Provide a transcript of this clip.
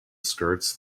skirts